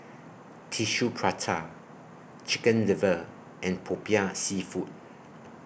Tissue Prata Chicken Liver and Popiah Seafood